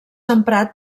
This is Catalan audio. emprat